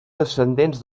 descendents